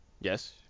Yes